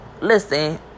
listen